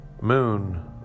moon